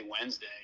Wednesday